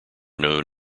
known